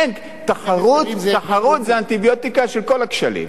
אין, התחרות היא האנטיביוטיקה של כל הכשלים.